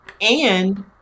and-